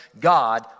God